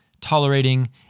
tolerating